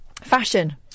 Fashion